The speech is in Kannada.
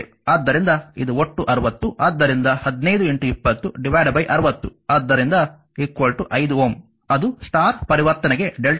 ಆದ್ದರಿಂದ ಇದು ಒಟ್ಟು 60 ಆದ್ದರಿಂದ 15 2060 ಆದ್ದರಿಂದ 5 Ω ಅದು ಸ್ಟಾರ್ ಪರಿವರ್ತನೆಗೆ ಡೆಲ್ಟಾ ಆಗಿದೆ